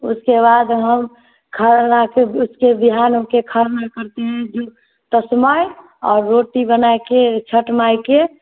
उसके बाद हम घर आकर उसके बिहान खरना करते हैं जो तसमाए और रोटी बनाकर छठ माई के